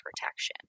protection